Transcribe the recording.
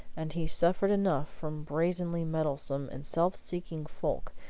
and he suffered enough from brazenly meddlesome and self-seeking folk,